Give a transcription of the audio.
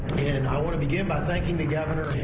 and i want to begin by thanking the governor.